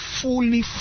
fully